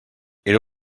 era